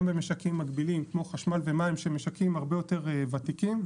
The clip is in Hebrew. במשקים מקבילים כמו חשמל ומים שהם משקים הרבה יותר ותיקים.